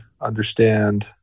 understand